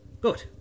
Good